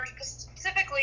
specifically